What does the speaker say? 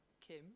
kim